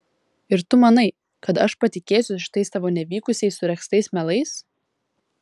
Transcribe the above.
ir tu manai kad aš patikėsiu šitais tavo nevykusiai suregztais melais